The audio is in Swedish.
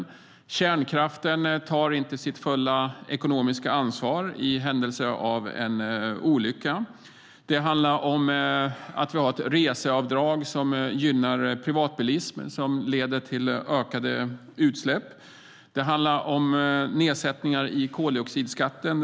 Och kärnkraften tar inte sitt fulla ekonomiska ansvar i händelse av en olycka. Det handlar om att vi har ett reseavdrag som gynnar privatbilism och som leder till ökade utsläpp. Det handlar om nedsättningar av koldioxidskatten.